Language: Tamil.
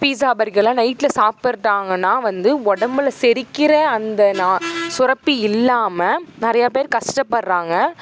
பீஸா பர்கர்லாம் நைட்டில் சாப்பர்தாங்கன்னா வந்து உடம்புல செரிக்கிற அந்த சுரப்பு இல்லாமல் நிறையா பேர் கஷ்டப்படுறாங்க